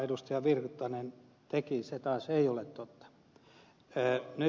pertti virtanen teki taas ei ole totta